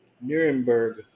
Nuremberg